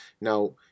now